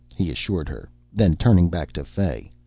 he assured her. then, turning back to fay,